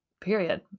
period